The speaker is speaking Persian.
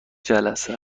جلسه